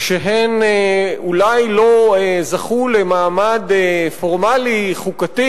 שאולי לא זכו למעמד פורמלי חוקתי